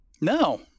no